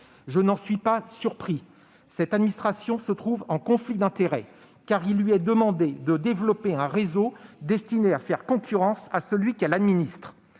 Je n'en suis pas surpris : cette administration se trouve en conflit d'intérêts, car il lui est demandé de développer un réseau précisément destiné à faire concurrence à celui qu'elle administre.